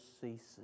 ceases